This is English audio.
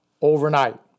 overnight